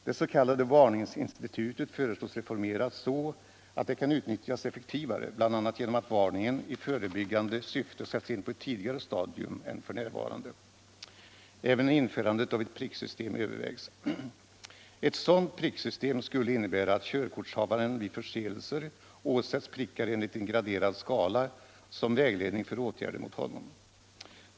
Det s.k. varningsinstitutet föreslås reformerat så att det kan utnyttjas effektivare, bl.a. genom att varningen i förebyggande syfte sätts in på ett tidigare stadium än f. n. Även införandet av ett pricksystem övervägs. Ett sådant system skulle innebära att körkortsinnehavaren vid förseelser åsätts prickar enligt en graderad skala som vägledning för åtgärder mot honom.